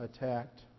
attacked